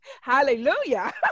Hallelujah